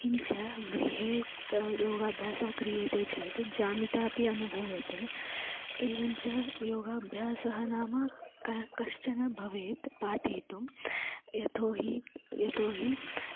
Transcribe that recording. किञ्च गृहे योगाभ्यासः क्रियते चेत् जामिता अपि अनुभूयते एवञ्च योगाभ्यासः नाम क कश्चन भवेत् पाठयितुं यतो हि यतो हि